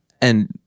And-